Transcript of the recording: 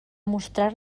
mostrar